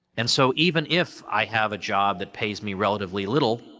and, so even if i have a job that pays me relatively little,